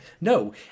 No